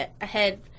ahead